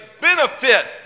benefit